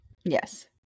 yes